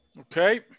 Okay